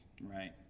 Right